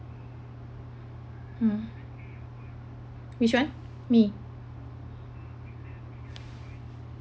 mm which one me